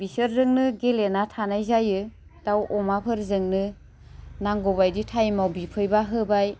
बिसोरजोंनो गेलेना थानाय जायो दाउ अमाफोरजोंनो नांगौ बायदि टाइमआव बिफैबा होबाय